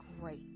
great